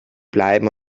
bleiben